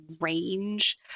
range